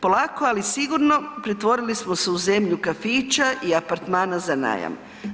Polako ali sigurno pretvorili smo se u zemlju kafića i apartmana za najam.